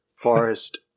Forest